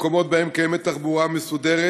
במקומות שבהם קיימת תחבורה מסודרת,